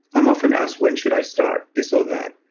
i'm often asked, when should i start this or that?